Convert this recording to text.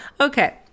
Okay